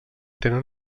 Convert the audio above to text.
tenen